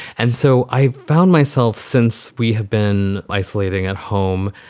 and so i've found myself, since we have been isolating at home,